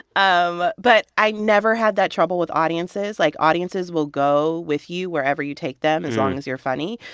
um but i never had that trouble with audiences. like, audiences will go with you wherever you take them as long as you're funny.